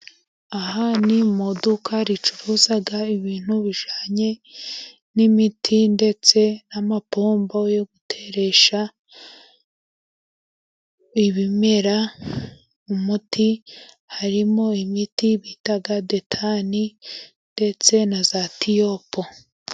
Aha ni mu iduka ricuruza ibintu bijyanye n'imiti, ndetse n'amapombo yo guteresha ibimera umuti. Harimo imiti bita detani ndetse na za tiyopo.